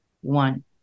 one